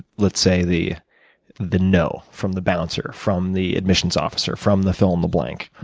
let's say, the the no from the bouncer, from the admissions officer, from the fill in the blank.